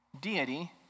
Deity